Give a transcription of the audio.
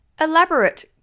elaborate